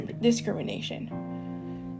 discrimination